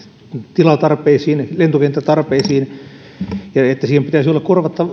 tilatarpeisiin lentokenttätarpeisiin että niihin pitäisi olla